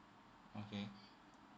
okay